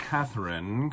Catherine